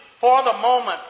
for-the-moment